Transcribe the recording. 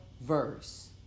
verse